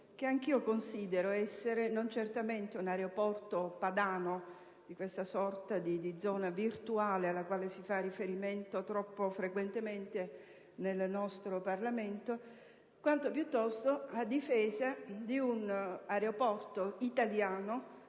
che anch'io considero essere non certamente padano, ossia un aeroporto di una sorta di zona virtuale alla quale si fa riferimento troppo frequentemente nel nostro Parlamento. Intervengo piuttosto a difesa di un aeroporto italiano